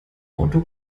auto